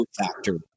factor